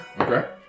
Okay